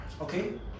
okay